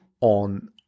on